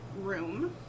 room